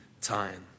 time